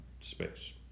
space